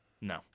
No